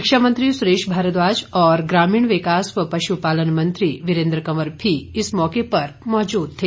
शिक्षा मंत्री सुरेश भारद्वाज और ग्रामीण विकास व पशुपालन मंत्री वीरेन्द्र कंवर भी इस मौके पर मौजूद थे